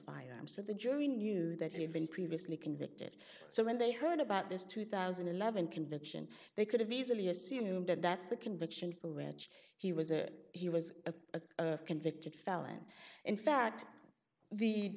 firearm so the jury knew that he had been previously convicted so when they heard about this two thousand and eleven conviction they could have easily assumed that that's the conviction for which he was a he was a convicted felon in fact the